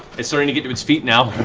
it's starting to get to its feet now.